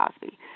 Cosby